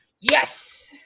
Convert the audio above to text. Yes